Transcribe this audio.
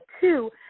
two